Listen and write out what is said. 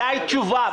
מתי תשובה?